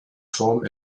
turm